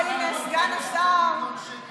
אני מופתע שאת